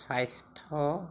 স্বাস্থ্য